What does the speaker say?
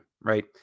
right